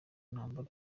ntambara